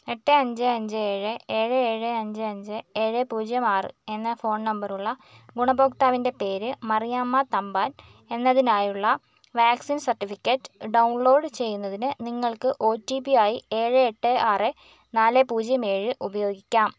എട്ട് അഞ്ച് അഞ്ച് ഏഴ് ഏഴ് ഏഴ് അഞ്ച് അഞ്ച് ഏഴ് പൂജ്യം ആറ് എന്ന ഫോൺ നമ്പറുള്ള ഗുണഭോക്താവിന്റെ പേര് മറിയാമ്മ തമ്പാൻ എന്നതിനായുള്ള വാക്സിൻ സർട്ടിഫിക്കറ്റ് ഡൗൺലോഡ് ചെയ്യുന്നതിന് നിങ്ങൾക്ക് ഒ ടി പി ആയി ഏഴ് എട്ട് ആറ് നാല് പൂജ്യം ഏഴ് ഉപയോഗിക്കാം